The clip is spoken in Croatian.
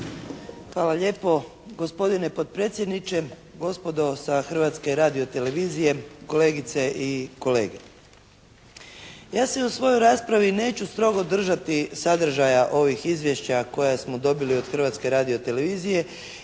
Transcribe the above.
Hvala lijepo. Gospodine potpredsjedniče, gospodo sa Hrvatske radio-televizije, kolegice i kolege! Ja se u svojoj raspravi neću strogo držati sadržaja ovih izvješća koja smo dobili od Hrvatske radio-televizije